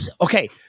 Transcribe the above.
Okay